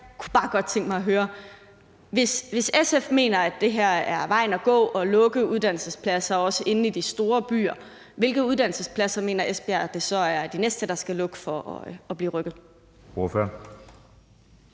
Hvis SF mener, at det her er vejen at gå, altså at lukke uddannelsespladser, også inde i de store byer, hvilke uddannelsespladser mener SF så er de næste, der skal lukke for at blive rykket?